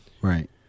Right